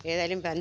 ഏതായാലും പാന്